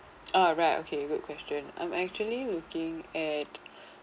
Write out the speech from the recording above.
ah right okay good question I'm actually looking at